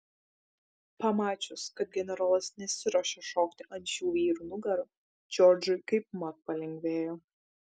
pamačius kad generolas nesiruošia šokti ant šių vyrų nugarų džordžui kaipmat palengvėjo